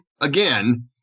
again